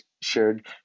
shared